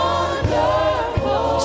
Wonderful